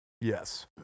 Yes